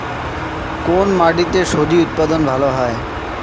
কোন মাটিতে স্বজি উৎপাদন ভালো হয়?